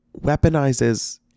weaponizes